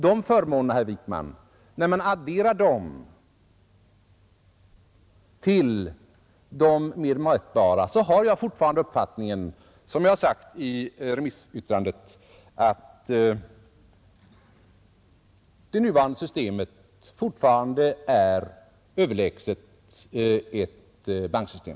När jag adderar dessa förmåner, herr Wijkman, till de mer mätbara, har jag fortfarande den uppfattning som jag anfört, nämligen att det nuvarande systemet är överlägset ett banklånesystem